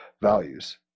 values